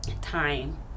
time